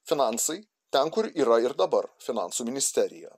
finansai ten kur yra ir dabar finansų ministeriją